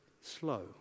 slow